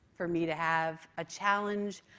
for me to have a challenge,